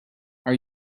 are